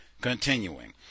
Continuing